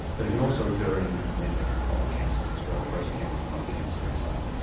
but it can also occur in many of the common cancers as well, breast cancer, lung cancer and so on.